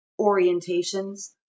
orientations